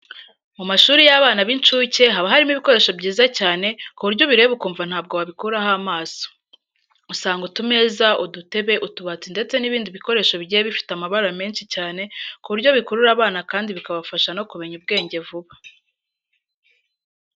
Mu mashuri y'abana b'inshuke haba harimo ibikoresho byiza cyane ku buryo ubireba ukumva ntabwo wabikuraho amaso. Usanga utumeza, udutebe, utubati ndetse n'ibindi bikoresho bigiye bifite amabara menshi cyane ku buryo bikurura abana kandi bikabafasha no kumenya ubwenge vuba.